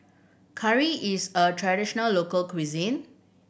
curry is a traditional local cuisine